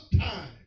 time